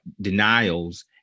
denials